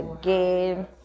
again